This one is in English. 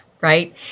right